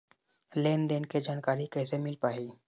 लेन देन के जानकारी कैसे मिल पाही?